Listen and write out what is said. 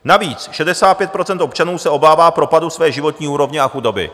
Navíc 65 % občanů se obává propadu své životní úrovně a chudoby.